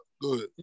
good